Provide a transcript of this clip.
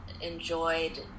enjoyed